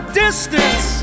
distance